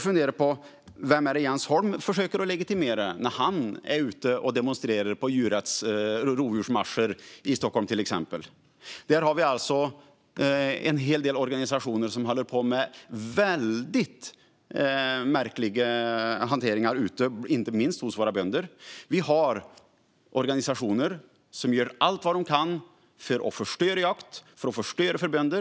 fundera lite på vem Jens Holm försöker legitimera när han till exempel är ute och demonstrerar i djurrätts och rovdjursmarscher i Stockholm. Där finns en hel del organisationer som håller på med väldigt märkliga saker, inte minst ute hos våra bönder. Det finns organisationer som gör allt de kan för att förstöra jakt och förstöra för bönder.